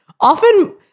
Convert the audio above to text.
often